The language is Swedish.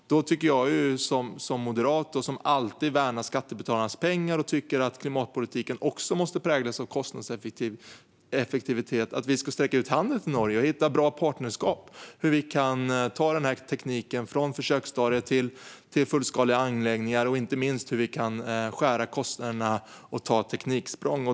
Jag som moderat, som alltid värnar om skattebetalarnas pengar och tycker att klimatpolitiken också måste präglas av kostnadseffektivitet, anser att vi ska sträcka ut en hand till Norge och hitta bra partnerskap kring hur vi kan ta tekniken från försöksstadiet till fullskaliga anläggningar och, inte minst, hur vi kan skära ned kostnaderna och ta tekniksprång.